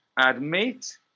admit